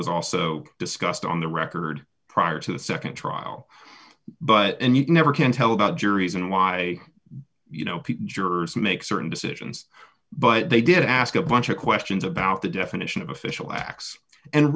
was also discussed on the record prior to the nd trial but and you never can tell about juries and why you know jurors make certain decisions but they did ask a bunch of questions about the definition of official acts and